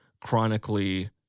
chronically